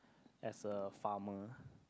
as a farmer